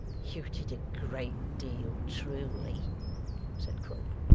you did a great deal truly said quilp.